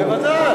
בוודאי.